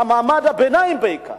מעמד הביניים הוא בעיקר